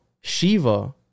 shiva